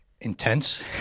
intense